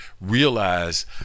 realize